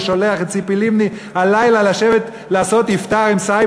ושולח את ציפי לבני הלילה לשבת לעשות אפטאר עם סאיב